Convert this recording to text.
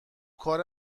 کار